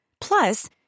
Plus